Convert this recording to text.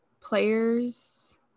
Players